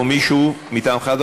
או מישהו מטעמך,